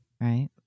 Right